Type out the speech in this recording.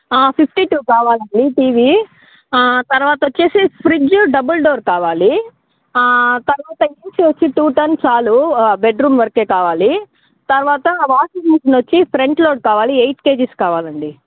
fifty two కావాలండి TV తర్వాత వచ్చేసి ఫ్రిజ్జు డబల్ డోర్ కావాలి తర్వాత వచ్చి టూ టన్ చాలు బెడ్ రూమ్ వరకే కావాలి తర్వాత వాషింగ్ మిషన్ వచ్చి ఫ్రెంట్ లోడ్ కావాలి ఎయిట్ కేజీస్ కావాలండి